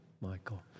Michael